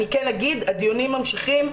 אני כן אגיד: הדיונים ממשיכים,